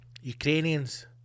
Ukrainians